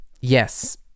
Yes